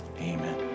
Amen